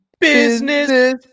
business